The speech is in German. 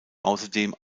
außerdem